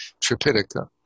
Tripitaka